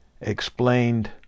explained